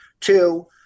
Two